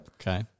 Okay